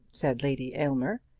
said lady aylmer,